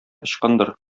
ычкындыр